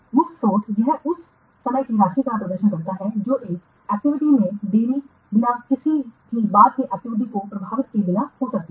मुफ्त फ्लोट यह उस समय की राशि का प्रदर्शन करता है जो एक एक्टिविटी में देरी बिना किसी भी बाद की एक्टिविटी को प्रभावित किए बिना हो सकती है